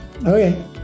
okay